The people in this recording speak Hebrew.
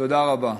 תודה רבה.